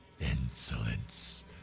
insolence